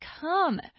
come